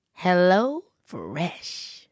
HelloFresh